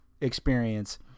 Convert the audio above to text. experience